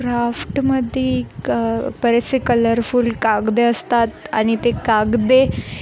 क्राफ्टमध्ये क बरेचसे कलरफुल कागद असतात आणि ते कागद